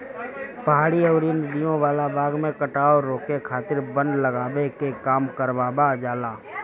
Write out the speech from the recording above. पहाड़ी अउरी नदियों वाला भाग में कटाव रोके खातिर वन लगावे के काम करवावल जाला